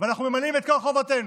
ואנחנו ממלאים את כל חובותינו,